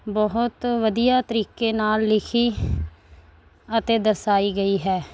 ਬਹੁਤ ਵਧੀਆ ਤਰੀਕੇ ਨਾਲ ਲਿਖੀ ਅਤੇ ਦਰਸਾਈ ਗਈ ਹੈ